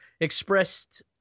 expressed